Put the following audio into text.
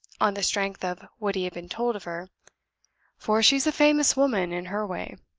on the strength of what he had been told of her for she's a famous woman in her way.